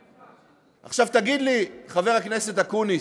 עכשיו, תגיד לי, חבר הכנסת אקוניס,